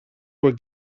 were